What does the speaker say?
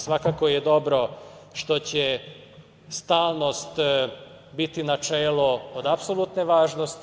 Svakako je dobro što će stalnost biti načelo od apsolutne važnosti.